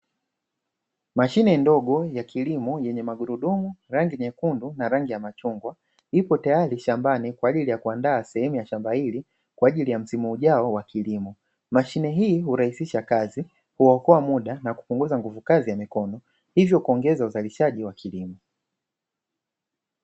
Mashine ndogo ya kilimo, yenye magurudumu, rangi nyekundu na rangi ya machungwa ipo tayari shambani, kwa ajili ya kuandaa sehemu ya shamba hili kwa ajili ya msimu ujao wa kilimo. Mashine hii hurahisisha kazi, kuokoa muda na kupunguza nguvu kazi ya mikono, hivyo kuongeza uzalishaji wa kilimo.